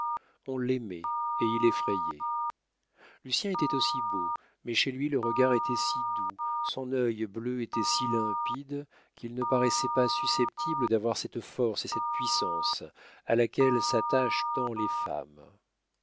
on l'aimait et il effrayait lucien était aussi beau mais chez lui le regard était si doux son œil bleu était si limpide qu'il ne paraissait pas susceptible d'avoir cette force et cette puissance à laquelle s'attachent tant les femmes